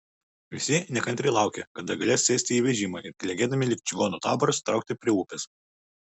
visi nekantriai laukė kada galės sėsti į vežimą ir klegėdami lyg čigonų taboras traukti prie upės